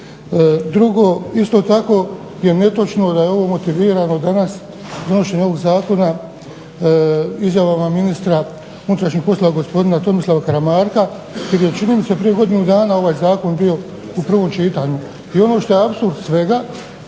Drugo, isto tako je netočno da je ovo motivirano danas, donošenje ovog zakona izjavama ministra unutrašnjih poslova gospodina Tomislava Karamarka, jer je čini mi se prije godinu dana ovaj zakon bio u prvom čitanju. I ono što je apsurd svega